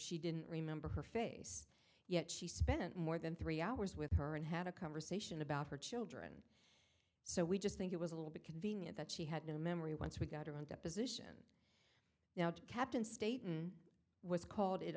she didn't remember her face yet she spent more than three hours with her and had a conversation about her children so we just think it was a little bit convenient that she had no memory once we got her on deposition now captain stayton was called it